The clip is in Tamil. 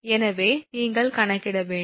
எனவே நீங்கள் கணக்கிட வேண்டும்